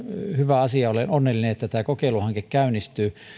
hyvä asia olen onnellinen että tämä kokeiluhanke käynnistyy